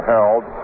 Held